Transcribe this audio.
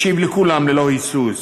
השיב לכולם ללא היסוס